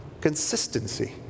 consistency